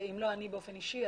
אם לא אני באופן אישי,